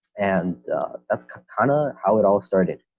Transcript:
and that's kinda how it all started.